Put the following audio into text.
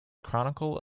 chronicle